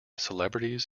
celebrities